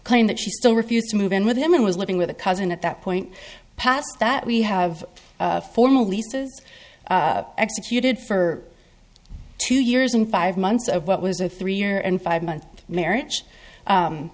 claimed that she still refused to move in with him and was living with a cousin at that point past that we have formal leases executed for two years and five months of what was a three year and five month marriage